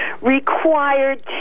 required